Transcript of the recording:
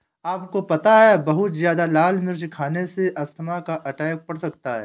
आपको पता है बहुत ज्यादा लाल मिर्च खाने से अस्थमा का अटैक पड़ सकता है?